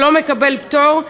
שלא מקבל פטור.